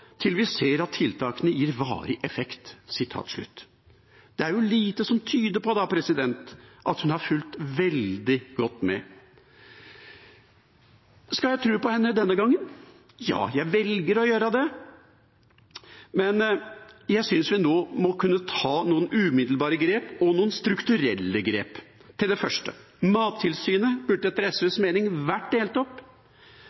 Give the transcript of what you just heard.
til vi ser at tiltakene gir varig effekt.» Det er jo lite som tyder på at hun har fulgt veldig godt med. Skal jeg tro på henne denne gangen? Ja, jeg velger å gjøre det, men jeg synes hun nå må kunne ta noen umiddelbare grep og noen strukturelle grep. Til det første: Mattilsynet burde etter